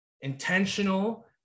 intentional